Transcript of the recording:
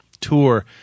tour